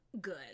good